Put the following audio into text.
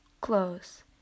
close